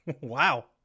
Wow